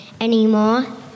anymore